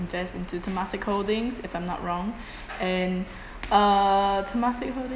invest into Temasek Holdings if I'm not wrong and uh Temasek Holdings